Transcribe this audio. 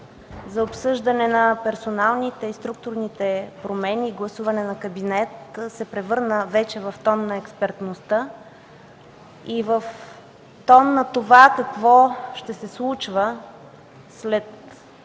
за обсъждане на персоналните и структурните промени и гласуване на кабинет се превърна вече в тон на експертността и с този тон се говори за това какво ще се случва след час